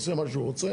עושה מה שהוא רוצה.